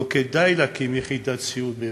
לא כדאי להקים יחידת סיעוד באילת,